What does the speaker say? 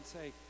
say